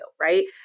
Right